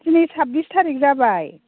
दिनै साब्बिस थारिख जाबाय